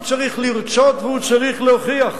הוא צריך לרצות והוא צריך להוכיח.